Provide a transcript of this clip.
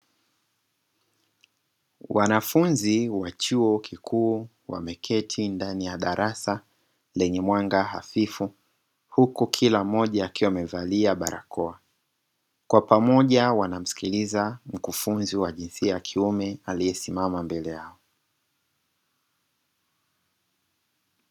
Wanafunzi wa chuo kikuu wameketi ndani ya darasa lenye mwanga hafifu, huku kila mmoja akiwa amevalia barakoa. Kwa pamoja wanakimsikiliza mkufunzi jinsia ya kiume aliyesimama mbele yao.